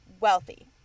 wealthy